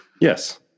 Yes